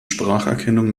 spracherkennung